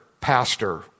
pastor